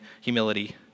humility